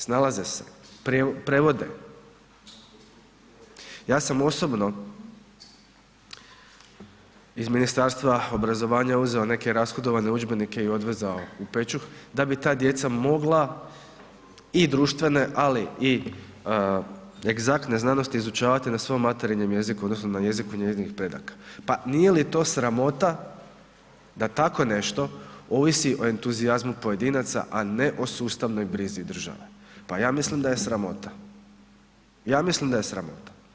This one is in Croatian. Snalaze se, prevode, ja sam osobno iz Ministarstva obrazovanja uzeo neke rashodovane udžbenike i odvezao u Pečuh da bi ta djeca mogla i društvene, ali i egzaktne znanosti izučavati na svom materinjem jeziku odnosno na jeziku njezinih predaka, pa nije li to sramota da takvo nešto ovisi o entuzijazmu pojedinaca, a ne o sustavnoj brizi države, pa ja mislim da je sramota, ja mislim da je sramota.